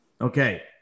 Okay